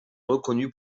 reconnu